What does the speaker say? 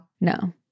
No